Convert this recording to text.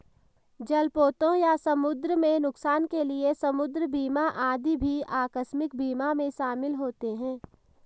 जलपोतों या समुद्र में नुकसान के लिए समुद्र बीमा आदि भी आकस्मिक बीमा में शामिल होते हैं